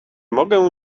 mogę